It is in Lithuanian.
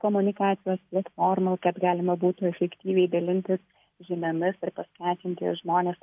komunikacijos formų kad galima būtų efektyviai dalintis žiniomis ir paskatinti žmones